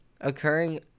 occurring